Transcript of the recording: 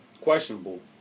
questionable